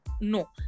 no